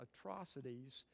atrocities